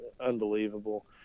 unbelievable